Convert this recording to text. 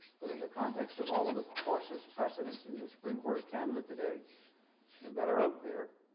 but in the context of all of the courses, precedents in the supreme court of canada today that are out there,